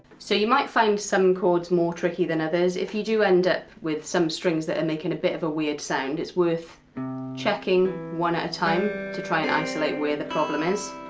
so, you might find some chords more tricky than others. if you do end up with some strings that are and making a bit of a weird sound, it's worth checking one at a time, to try and isolate where the problem is.